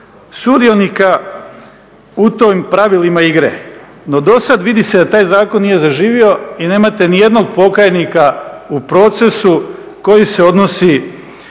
sudionika u tim pravilima igre. No dosad vidi se da taj zakon nije zaživio i nemate ni jednog pokajnika u procesu koji se odnosi